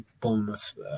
Bournemouth